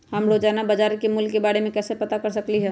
हम रोजाना बाजार के मूल्य के के बारे में कैसे पता कर सकली ह?